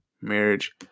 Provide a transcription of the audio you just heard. marriage